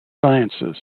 sciences